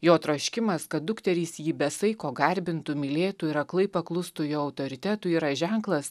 jo troškimas kad dukterys jį be saiko garbintų mylėtų ir aklai paklustų jo autoritetui yra ženklas